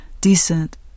decent